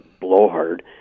blowhard